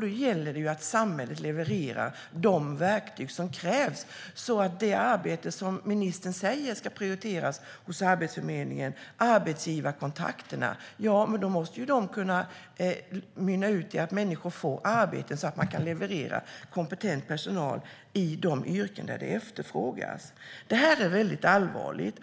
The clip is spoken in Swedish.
Då gäller det att samhället levererar de verktyg som krävs så att det arbete som ministern säger ska prioriteras hos Arbetsförmedlingen - arbetsgivarkontakterna - kan mynna ut i att människor får arbete. Man måste kunna leverera kompetent personal i de yrken där det efterfrågas. Detta är allvarligt.